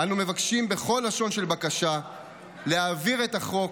אנו מבקשים בכל לשון של בקשה להעביר את החוק.